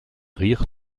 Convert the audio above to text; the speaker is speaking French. rirent